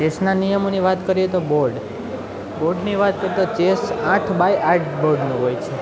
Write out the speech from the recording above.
ચેસના નિયમોની વાત કરીએ તો બોર્ડ બોર્ડની વાત કરતાં ચેસ આઠ બાય આઠ બડનો હોય છે